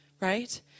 right